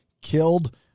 killed